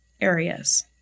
areas